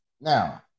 Now-